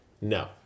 No